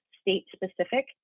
state-specific